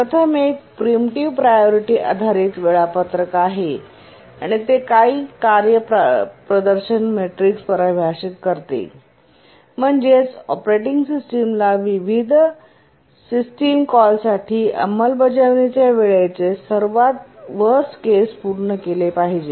प्रथम एक preemptive priority आधारित वेळापत्रक आहे आणि ते काही कार्य प्रदर्शन मेट्रिक्स परिभाषित करते म्हणजेच ऑपरेटिंग सिस्टमला विविध सिस्टम कॉलसाठी अंमलबजावणीच्या वेळेचे सर्वात वर्स्ट केस पूर्ण केले पाहिजे